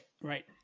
right